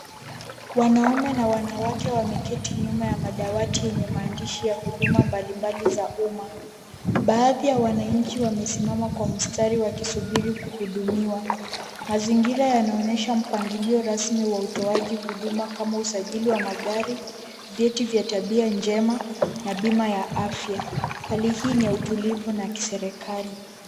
Wanaume na wanawake wameketi nyuma ya madawati yenye maandishi ya huduma mbalimbali za umma. Baadhi ya wananchi wamesimama kwa mstari wakisubiri kuhudumiwa. Mazingira yanaonyesha mpangilio rasmi wa utoaji huduma kama usajili wa magari, vyeti vya tabia njema na bima ya afya. Hali hii ni ya utulivu na ya kiserikali.